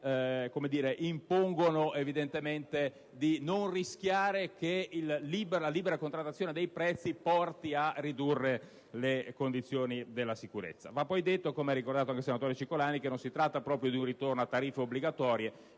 che impongono evidentemente di non rischiare che la libera contrattazione dei prezzi porti a ridurre le condizioni della sicurezza. Va poi detto, come ricordato dal senatore Cicolani, che non si tratta proprio di un ritorno a tariffe obbligatorie,